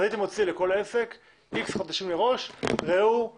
הייתי מוציא לכל עסק איקס חודשים מראש התרעה,